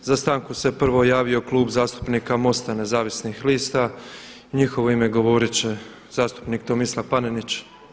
Za stanku se prvo javio Klub zastupnika MOST-a Nezavisnih lista i u njihovo ime govorit će zastupnik Tomislav Panenić.